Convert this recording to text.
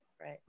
right